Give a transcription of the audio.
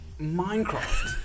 Minecraft